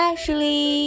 Ashley